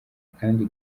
kandi